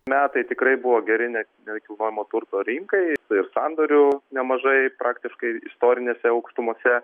metai tikrai buvo geri ne nekilnojamo turto rinkai ir sandorių nemažai praktiškai istorinėse aukštumose